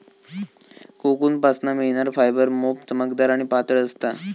कोकूनपासना मिळणार फायबर मोप चमकदार आणि पातळ असता